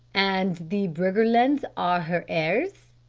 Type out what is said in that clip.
and the briggerlands are her heirs?